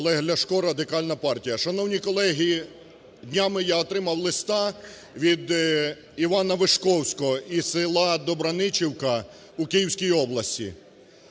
Олег Ляшко, Радикальна партія. Шановні колеги, днями я отримав листа від Івана Вишковського із села Добраничівка у Київській області.